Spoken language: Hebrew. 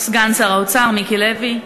סגן שר האוצר מיקי לוי,